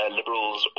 liberals